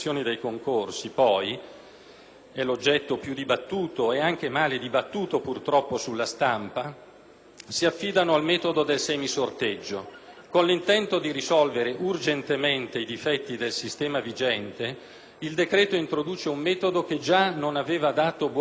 è l'oggetto più dibattuto, e anche male, purtroppo, sulla stampa - si affidano al metodo del semi sorteggio. Con l'intento di risolvere urgentemente i difetti del sistema vigente, il decreto introduce un metodo che già non aveva dato buona prova di sé in passato.